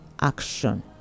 action